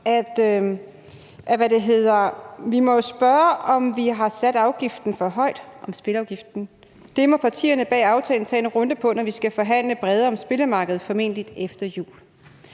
Vi må jo spørge, om vi har sat afgiften for højt – om spilafgiften – det må partierne bag aftalen tage en runde på, når vi skal forhandle bredere om spillemarkedet, formentlig efter jul.